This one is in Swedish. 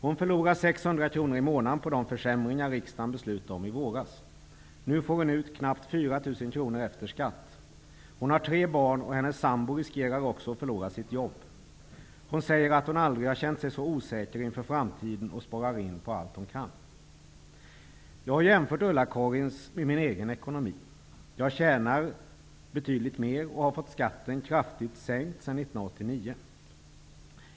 Hon förlorar 600 kr i månaden på de försämringar riksdagen beslutade om i våras. Nu får hon ut knappt 4 000 kr efter skatt. Hon har tre barn, och hennes sambo riskerar också att förlora sitt jobb. Hon säger att hon aldrig har känt sig så osäker inför framtiden och sparar in på allt hon kan. Jag har jämfört Ulla-Karins ekonomi med min egen. Jag tjänar betydligt mer och har fått skatten kraftigt sänkt sedan 1989.